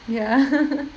ya